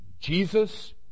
Jesus